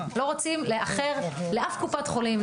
לא רוצים לאחר לאף קופת חולים,